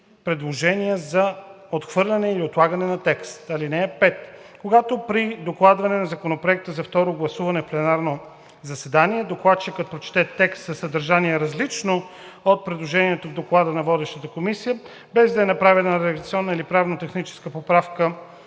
предложения за отхвърляне или отлагане на текст. (5) Когато при докладване на законопроекта за второ гласуване в пленарно заседание докладчикът прочете текст със съдържание, различно от предложението в доклада на водещата комисия, без да е направена редакционна или правно-техническа поправка